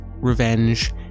revenge